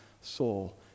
soul